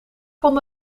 vond